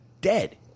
Dead